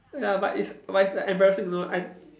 ya but it's but it's embarrassing also I